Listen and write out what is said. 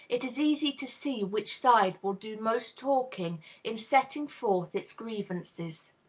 it is easy to see which side will do most talking in setting forth its grievances.